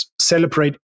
celebrate